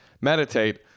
meditate